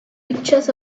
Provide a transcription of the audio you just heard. pictures